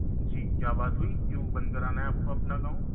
جی کیا بات ہوئی کیوں بند کرانا ہے آپ کو اپنا اکاؤنٹ